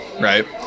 right